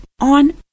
on